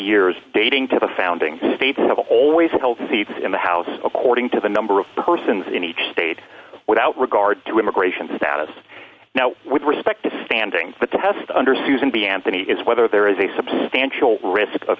years dating to the founding faith have always held seats in the house according to the number of persons in each state without regard to immigration status now with respect to standing the test under susan b anthony is whether there is a substantial risk of